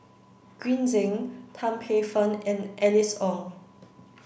Green Zeng Tan Paey Fern and Alice Ong